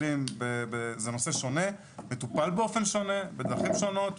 זה נושא שונה, מטופל באופן שונה, בדרכים שונות.